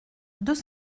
deux